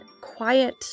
quiet